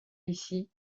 ici